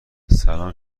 سلام